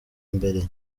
mbere